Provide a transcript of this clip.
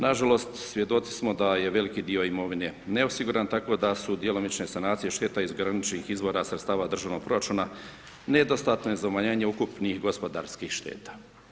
Nažalost, svjedoci smo da je veliki dio imovine neosiguran, tako da su djelomične sanacije šteta iz graničnih izvora sa stava državnog proračuna nedostatne za umanjenje ukupnih gospodarskih šteta.